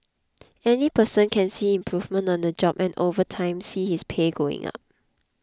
any person can see improvement on the job and over time see his pay going up